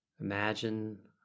imagine